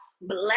bless